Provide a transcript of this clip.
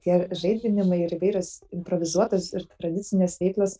tie žaidinimai ir įvairios improvizuotos ir tradicinės veiklos